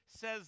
says